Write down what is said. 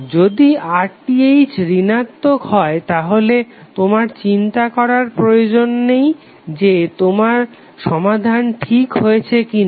যদি RTh ঋণাত্মক হয় তাহলে তোমার চিন্তা করার প্রয়োজন নেই যে তোমার সমাধান ঠিক হয়েছে কিনা